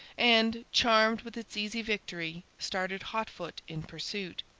and, charmed with its easy victory, started hotfoot in pursuit.